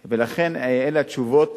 ולכן, אלה התשובות.